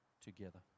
together